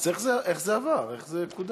אז איך זה עבר, איך זה קודם?